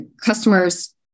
customers